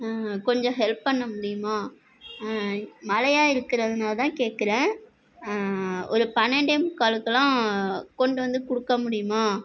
கொஞ்சம் ஹெல்ப் பண்ண முடியுமா மழையா இருக்கிறதுனால தான் கேட்குறேன் ஒரு பன்னெண்டே முக்காலுக்குலாம் கொண்டு வந்து கொடுக்க முடியுமா